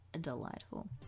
delightful